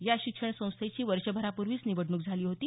या शिक्षण संस्थेची वर्षभरापूर्वींच निवडणूक झाली होती